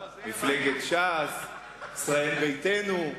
מפלגת ש"ס, ישראל ביתנו.